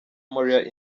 moriah